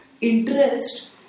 interest